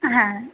হ্যাঁ